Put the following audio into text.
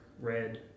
red